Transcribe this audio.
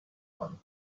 one